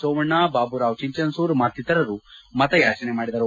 ಸೋಮಣ್ಣ ಬಾಬುರಾವ್ ಚಿಂಚನಸೂರ್ ಮತ್ತಿತರರು ಮತಯಾಚನೆ ಮಾಡಿದರು